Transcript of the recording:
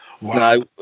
Wow